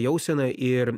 jausena ir